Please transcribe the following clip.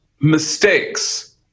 mistakes